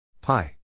pi